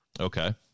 okay